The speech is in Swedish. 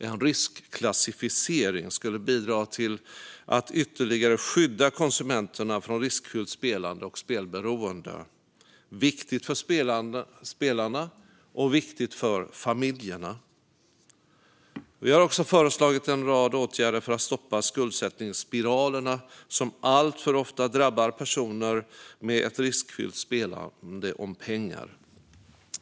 En riskklassificering skulle bidra till att ytterligare skydda konsumenterna från riskfyllt spelande och spelberoende. Det är viktigt för spelarna och viktigt för familjerna. Vi har också föreslagit en rad åtgärder för att stoppa skuldsättningsspiralerna, som alltför ofta drabbar personer med ett riskfyllt spelande om pengar.